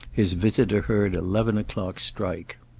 his visitor heard eleven o'clock strike.